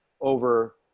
over